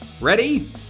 Ready